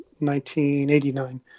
1989